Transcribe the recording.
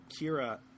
Kira